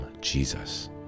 Jesus